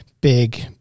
big